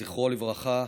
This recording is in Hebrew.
זכרו לברכה,